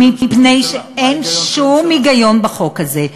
אין שום היגיון בחוק הזה,